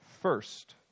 First